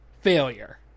failure